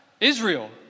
Israel